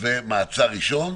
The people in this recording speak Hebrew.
ומעצר ראשון,